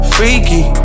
Freaky